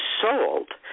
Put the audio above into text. sold